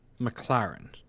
McLaren